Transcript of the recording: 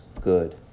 good